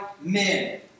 men